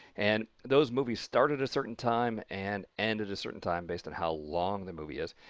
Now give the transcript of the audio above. and those movies start at a certain time and end at a certain time, based on how long the movie is.